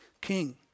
king